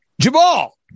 Jabal